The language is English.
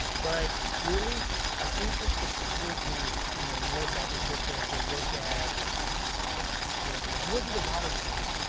but really i think that it's probably you know more beneficial to look at like what else did i do? i know i did a water change,